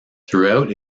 throughout